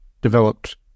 developed